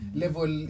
level